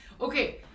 Okay